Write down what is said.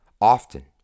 Often